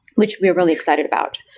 which we are really excited about.